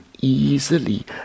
easily